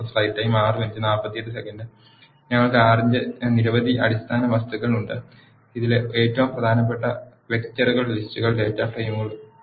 ഞങ്ങൾക്ക് R ന്റെ നിരവധി അടിസ്ഥാന വസ് തുക്കൾ ഉണ്ട് ഇതിൽ ഏറ്റവും പ്രധാനപ്പെട്ടവ വെക്റ്ററുകൾ ലിസ്റ്റുകൾ ഡാറ്റ ഫ്രെയിമുകൾ